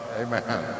amen